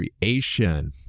creation